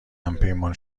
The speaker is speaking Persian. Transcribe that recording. همپیمان